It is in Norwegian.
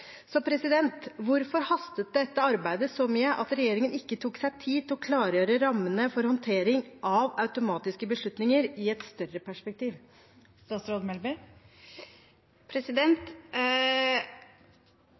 hvorfor hastet det så med dette arbeidet at regjeringen ikke tok seg tid til å klargjøre rammene for håndtering av automatiske beslutninger i et større perspektiv?